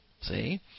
See